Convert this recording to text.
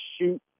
shoot